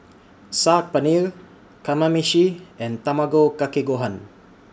Saag Paneer Kamameshi and Tamago Kake Gohan